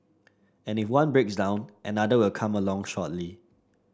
and if one breaks down another will come along shortly